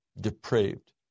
depraved